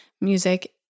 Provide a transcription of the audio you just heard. music